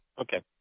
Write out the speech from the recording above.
Okay